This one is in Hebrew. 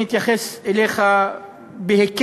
אני אתייחס אליך בהיקש,